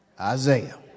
Isaiah